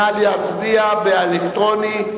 נא להצביע באלקטרוני.